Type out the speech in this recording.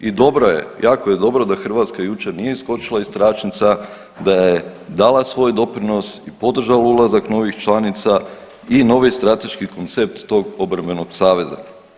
I dobro je, jako je dobro da Hrvatska jučer nije iskočila iz tračnica, da je dala svoj doprinos i podržala uzlazak novih članica i novi strateški koncept tog obrambenog saveza.